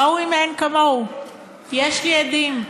ראוי מאין כמוהו, יש לי עדים: